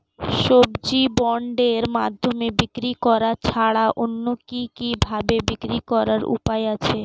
সবজি বন্ডের মাধ্যমে বিক্রি করা ছাড়া অন্য কি কি ভাবে বিক্রি করার উপায় আছে?